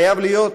חייב להיות